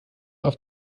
auf